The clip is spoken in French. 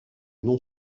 non